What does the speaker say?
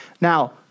Now